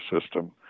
system